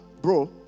Bro